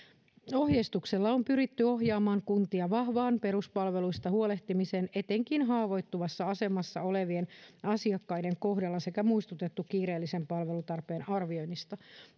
ohjeistuksella on pyritty ohjaamaan kuntia vahvaan peruspalveluista huolehtimiseen etenkin haavoittuvassa asemassa olevien asiakkaiden kohdalla sekä muistutettu kiireellisen palvelutarpeen arvioinnista